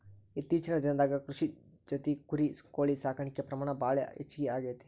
ಇತ್ತೇಚಿನ ದಿನದಾಗ ಕೃಷಿ ಜೊತಿ ಕುರಿ, ಕೋಳಿ ಸಾಕಾಣಿಕೆ ಪ್ರಮಾಣ ಭಾಳ ಹೆಚಗಿ ಆಗೆತಿ